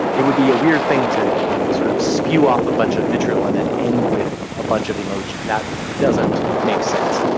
it would be a weird thing to sort of spew off a bunch of vitriol and then end with a bunch of emoji. that doesn't make sense.